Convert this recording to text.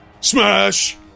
Smash